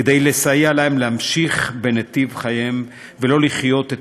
כדי לסייע להם להמשיך בנתיב חייהם ולא לחיות את